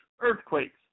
earthquakes